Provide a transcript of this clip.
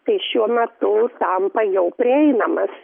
tai šiuo metu tampa jau prieinamas